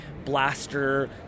blaster